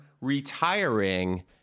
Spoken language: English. retiring